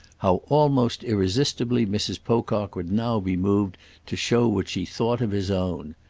how almost irresistibly mrs. pocock would now be moved to show what she thought of his own.